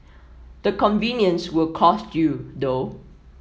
the convenience will cost you though